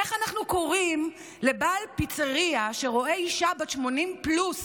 איך אנחנו קוראים לבעל פיצרייה שרואה אישה בת 80 פלוס